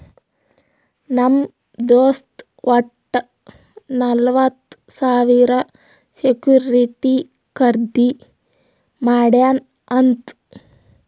ನಮ್ ದೋಸ್ತ್ ವಟ್ಟ ನಲ್ವತ್ ಸಾವಿರ ಸೆಕ್ಯೂರಿಟಿ ಖರ್ದಿ ಮಾಡ್ಯಾನ್ ಅಂತ್